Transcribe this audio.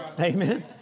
Amen